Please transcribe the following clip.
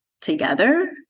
together